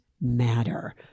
matter